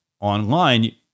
online